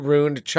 Ruined